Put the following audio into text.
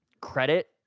credit